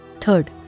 Third